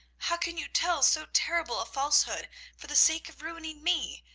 how can you tell so terrible a falsehood for the sake of ruining me,